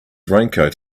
raincoat